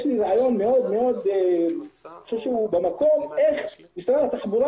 יש לי רעיון במקור איך משרד התחבורה